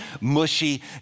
mushy